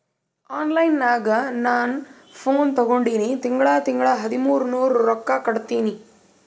online ನಾಗ್ ನಾ phone ತಗೊಂಡಿನಿ ತಿಂಗಳಾ ತಿಂಗಳಾ ಹದಿಮೂರ್ ನೂರ್ ರೊಕ್ಕಾ ಕಟ್ಟತ್ತಿನಿ